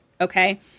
okay